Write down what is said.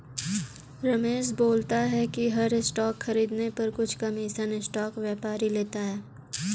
रमेश बोलता है कि हर स्टॉक खरीदने पर कुछ कमीशन स्टॉक व्यापारी लेता है